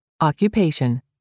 occupation